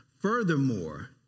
Furthermore